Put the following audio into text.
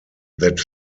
that